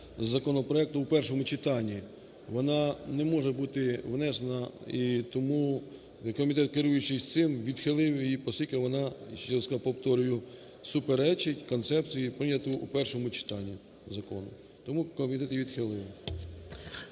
законопроекту в першому читанні, вона не може бути внесена. І тому комітет, керуючись цим, відхилив її, оскільки вона, ще раз повторюю, суперечить концепції, прийнятої у першому читанні закону, тому комітет її відхилив.